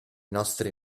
nostri